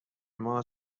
ماه